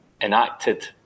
enacted